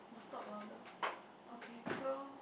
must talk louder okay so